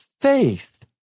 faith